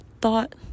thought